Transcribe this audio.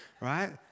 right